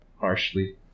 harshly